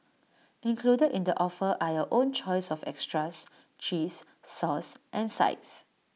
included in the offer are your own choice of extras cheese sauce and sides